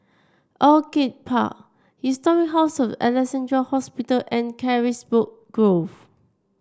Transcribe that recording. Orchid Park Historic House of Alexandra Hospital and Carisbrooke Grove